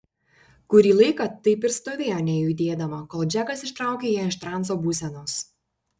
kurį laiką taip ir stovėjo nejudėdama kol džekas ištraukė ją iš transo būsenos